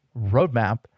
roadmap